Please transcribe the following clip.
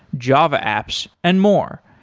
java apps and more.